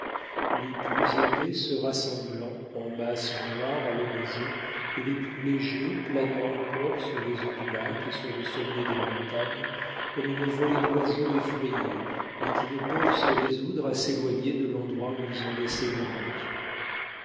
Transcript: les plus épais se rassemblant en masses noires à l'horizon et les plus légers planant encore sur les eaux du lac et sur le sommet des montagnes comme une volée d'oiseaux effrayés mais qui ne peuvent se résoudre à s'éloigner de l'endroit où ils ont laissé leurs nids